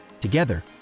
Together